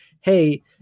hey